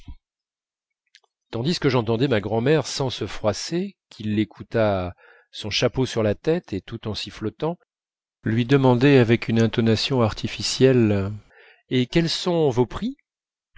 tandis que j'entendais ma grand'mère sans se froisser qu'il l'écoutât son chapeau sur la tête et tout en sifflotant lui demander avec une intonation artificielle et quels sont vos prix